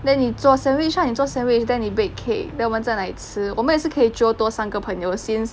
then 你做 sandwich lah 你做 sandwich then 你 bake cake then 我们在来吃我们也是可以 jio 多三个朋友 since